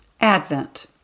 Advent